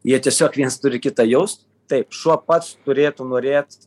jie tiesiog viens turi kitą jaust taip šuo pats turėtų norėt